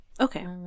Okay